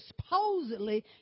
supposedly